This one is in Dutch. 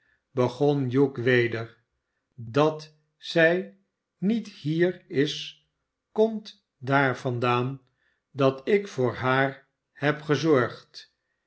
begon hugh weder dat zij niet hier is komt daar vandaan dat ik voor haar heb gezorgd